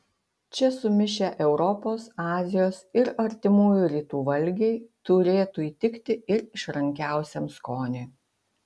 čia sumišę europos azijos ir artimųjų rytų valgiai turėtų įtikti ir išrankiausiam skoniui